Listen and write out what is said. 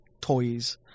toys